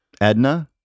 Edna